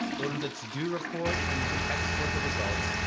go to the to-do report and you can export the results,